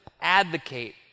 advocate